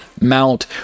Mount